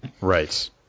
Right